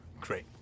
great